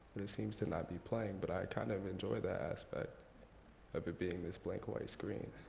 it seems to not be playing, but i kind of enjoy that aspect of it being this blank, white screen.